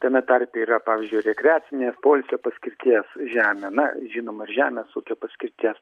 tame tarpe yra pavyzdžiui rekreacinės poilsio paskirties žemė na žinoma ir žemės ūkio paskirties